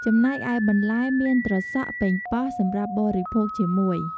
ចំណែកឯបន្លែមាន ត្រសក់ ប៉េងប៉ោះ (សម្រាប់បរិភោគជាមួយ) ។